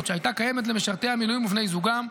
שהייתה קיימת למשרתי המילואים ובני זוגם,